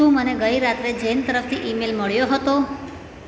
શું મને ગઇ રાત્રે જેન તરફથી ઇમેલ મળ્યો હતો